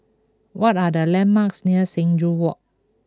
what are the landmarks near Sing Joo Walk